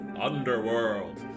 underworld